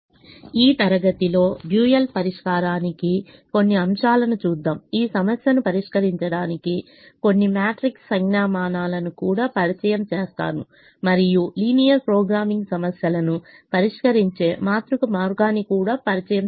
I ఈ తరగతిలో dual పరిష్కారానికి కొన్ని అంశాలను చూద్దాం ఈ సమస్యను పరిష్కరించడానికి కొన్ని మ్యాట్రిక్స్ సంజ్ఞామానాలను కూడా పరిచయం చేస్తాను మరియు లీనియర్ ప్రోగ్రామింగ్ సమస్యలను పరిష్కరించే మాతృక మార్గాన్ని కూడా పరిచయం చేస్తాను